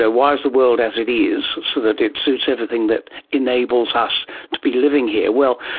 know, why is the world as it is so that it suits everything that enables us to be living here? well,